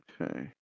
Okay